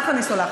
לך אני סולחת.